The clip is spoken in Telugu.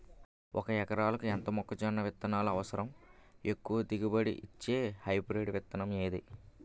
ఒక ఎకరాలకు ఎంత మొక్కజొన్న విత్తనాలు అవసరం? ఎక్కువ దిగుబడి ఇచ్చే హైబ్రిడ్ విత్తనం ఏది?